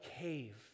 cave